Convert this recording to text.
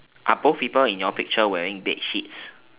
are both people in your picture wearing bedsheets